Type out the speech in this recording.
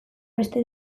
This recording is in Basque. beste